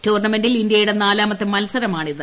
ടൂർണമെന്റിൽ ഇന്ത്യയുടെ നാലാമത്തെ മത്സരമാണിത്